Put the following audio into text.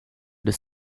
the